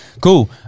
Cool